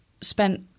spent